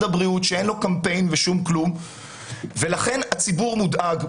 הבריאות שאין לו קמפיין ושום כלום ולכן הציבור מודאג.